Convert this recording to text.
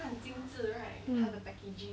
um